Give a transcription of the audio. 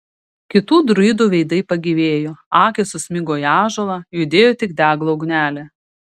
kitų druidų veidai pagyvėjo akys susmigo į ąžuolą judėjo tik deglo ugnelė